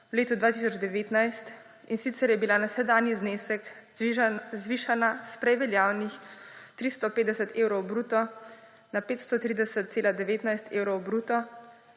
v letu 2019, in sicer je bila na sedanji znesek zvišana s prej veljavnih 350 evrov bruto na 530,19 evrov bruto,